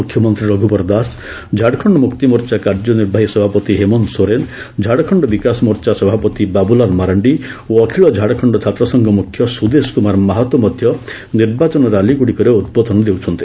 ମୁଖ୍ୟମନ୍ତ୍ରୀ ରଘୁବର ଦାସ ଝାଡ଼ଖଣ୍ଡ ମୁକ୍ତିମୋର୍ଚ୍ଚା କାର୍ଯ୍ୟନିର୍ବାହୀ ସଭାପତି ହେମନ୍ତ ସୋରେନ୍ ଝାଡ଼ଖଣ୍ଡ ବିକାଶ ମୋର୍ଚ୍ଚା ସଭାପତି ବାବୁଲାଲ୍ ମରାଣ୍ଡି ଓ ଅଖିଳ ଝାଡ଼ଖଣ୍ଡ ଛାତ୍ରସଂଘ ମୁଖ୍ୟ ସୁଦେଶ କୁମାର ମାହାତୋ ମଧ୍ୟ ନିର୍ବାଚନ ର୍ୟାଲିଗୁଡ଼ିକରେ ଉଦ୍ବୋଧନ ଦେଉଛନ୍ତି